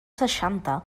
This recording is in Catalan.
seixanta